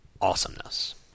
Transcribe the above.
Awesomeness